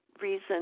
reason